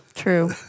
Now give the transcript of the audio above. True